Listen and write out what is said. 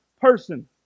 person